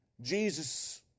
Jesus